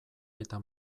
eta